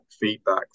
feedback